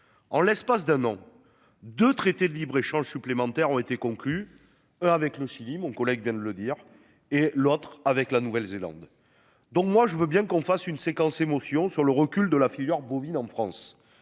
En l'espace d'un an de traités de libre-échange supplémentaires ont été conclus. Avec le Chili, mon collègue vient de le dire et l'autre avec la Nouvelle-Zélande. Donc moi je veux bien qu'on fasse une séquence émotion sur le recul de la filière bovine en France.